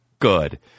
Good